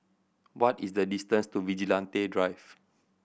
what is the distance to Vigilante Drive